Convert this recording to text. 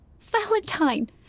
Valentine